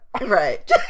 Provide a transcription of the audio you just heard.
Right